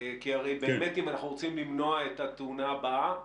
כי אם אנחנו רוצים למנוע את התאונה הבאה,